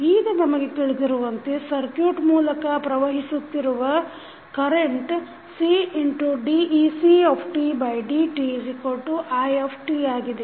ಈಗ ನಮಗೆ ತಿಳಿದಿರುವಂತೆ ಸರ್ಕುಟ್ ಮೂಲಕ ಪ್ರವಹಿಸುತ್ತಿರುವ ಕರೆಂಟ್ Cdecdtit ಆಗಿದೆ